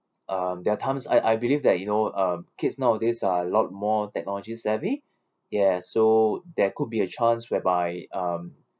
um there are times I I believe that you know uh kids nowadays are lot more technology savvy ya so there could be a chance whereby um